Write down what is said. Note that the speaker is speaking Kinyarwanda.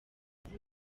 izina